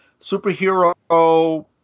superhero